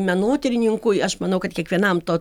menotyrininkui aš manau kad kiekvienam to